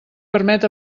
permet